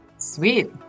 sweet